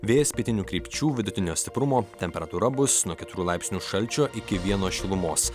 vėjas pietinių krypčių vidutinio stiprumo temperatūra bus nuo keturių laipsnių šalčio iki vieno šilumos